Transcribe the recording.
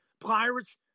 Pirates